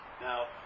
Now